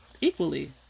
equally